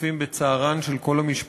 משתתפים בצערן של כל המשפחות,